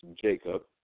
Jacob